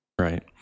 Right